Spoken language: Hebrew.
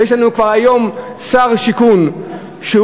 ויש לנו כבר היום שר שיכון שהוא